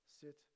sit